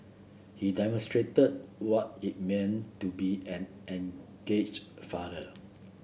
he demonstrated what it mean to be an engaged father